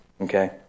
Okay